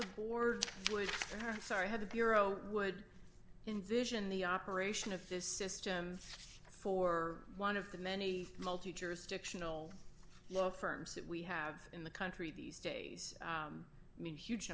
the board would have sorry had the bureau would envision the operation of this system for one of the many multi jurisdictional love firms that we have in the country these days mean huge